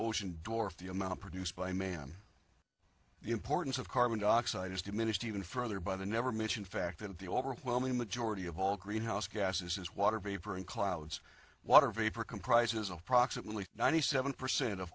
ocean dorf the amount produced by man the importance of carbon dioxide is diminished even further by the never mentioned fact that the overwhelming majority of all greenhouse gases is water vapor in clouds water vapor comprises approximately ninety seven percent of